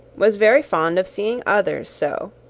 was very fond of seeing others so.